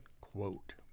quote